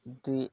द्वि